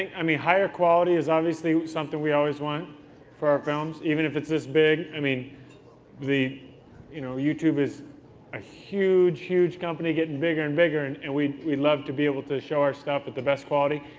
i mean higher quality is obviously something we always want for our films, even if it's this big. i mean you know youtube is a huge, huge company, getting bigger and bigger, and and we we love to be able to show our stuff at the best quality.